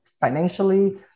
financially